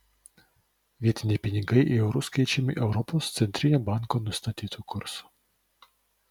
vietiniai pinigai į eurus keičiami europos centrinio banko nustatytu kursu